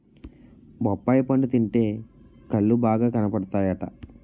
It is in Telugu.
బొప్పాయి పండు తింటే కళ్ళు బాగా కనబడతాయట